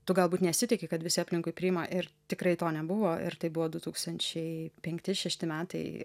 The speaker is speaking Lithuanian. tu galbūt nesitiki kad visi aplinkui priima ir tikrai to nebuvo ir tai buvo du tūkstančiai penkti šešti metai